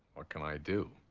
what can i do?